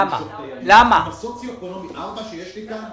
עם המצב הסוציו אקונומי 4 שיש לי כאן,